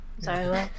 sorry